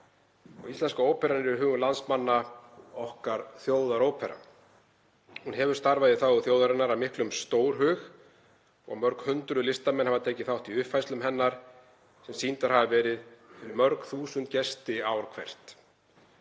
Íslenska óperan er í hugum landsmanna okkar þjóðarópera. Hún hefur starfað í þágu þjóðarinnar af miklum stórhug og mörg hundruð listamenn hafa tekið þátt í uppfærslum hennar sem sýndar hafa verið fyrir mörg þúsund gesti ár hvert.